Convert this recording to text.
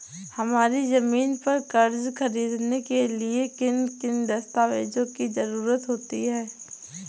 हमारी ज़मीन पर कर्ज ख़रीदने के लिए किन किन दस्तावेजों की जरूरत होती है?